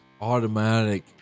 automatic